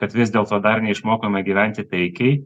kad vis dėlto dar neišmokome gyventi taikiai